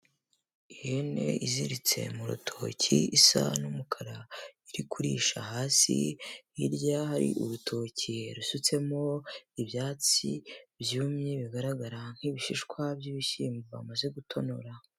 Ihene iziritse mu rutoki isa n'umukara iri kurisha hasi, hirya hari urutoki rusutsemo ibyatsi byumye bigaragara nk'ibishishwa by'ibishyimbo bamaze gutonora.